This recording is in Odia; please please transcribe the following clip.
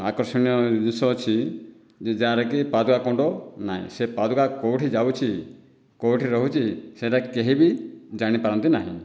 ଆକର୍ଷଣୀୟ ଜିନିଷ ଅଛି ଯେ ଯାହାରକି ପାଦୁକ କୁଣ୍ଡ ନାହିଁ ସେ ପାଦୁକ କେଉଁଠିକୁ ଯାଉଛି କେଉଁଠି ରହୁଛି ସେଇଟା କେହି ବି ଜାଣିପାରନ୍ତିନାହିଁ